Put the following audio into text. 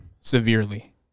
severely